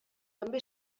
també